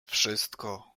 wszystko